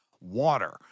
water